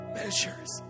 measures